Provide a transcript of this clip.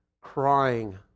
crying